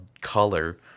color